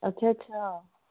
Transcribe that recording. ਅੱਛਾ ਅੱਛਾ